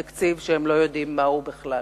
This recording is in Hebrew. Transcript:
על תקציב שהם לא יודעים מהו בכלל.